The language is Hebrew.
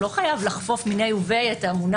לא חייב לחפוף מיניה וביה את המונח